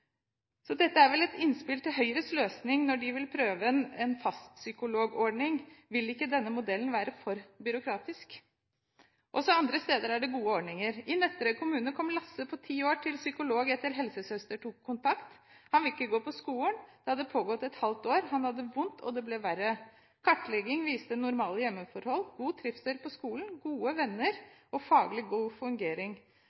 Dette er vel et innspill til Høyres løsning når de vil prøve en fastpsykologordning. Vil ikke denne modellen være for byråkratisk? Også andre steder er det gode ordninger. I Nøtterøy kommune kom Lasse på ti år til psykolog etter at helsesøster tok kontakt. Han ville ikke gå på skolen – det hadde pågått et halvt år – han hadde det vondt, og det ble verre. Kartlegging viste normale hjemmeforhold, god trivsel på skolen, gode